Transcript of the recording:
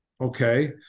okay